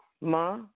Ma